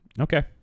Okay